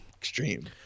Extreme